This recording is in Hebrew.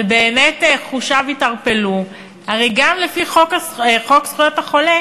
ובאמת חושיו יתערפלו, הרי גם לפי חוק זכויות החולה